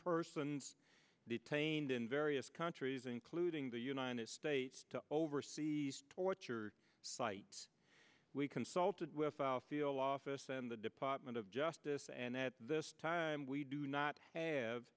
persons detained in various countries including the united states to oversee torture site we consulted with south deal office and the department of justice and at this time we do not have